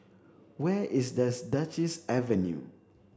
where is thus Duchess Avenue